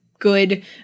good